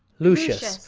lucius,